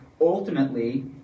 ultimately